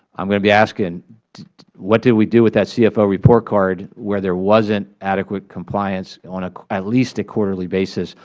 um going to be asking what did we do with that cfo report card where there wasn't adequate compliance on ah at least a quarterly basis,